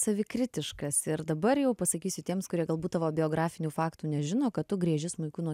savikritiškas ir dabar jau pasakysiu tiems kurie galbūt tavo biografinių faktų nežino kad tu grieži smuiku nuo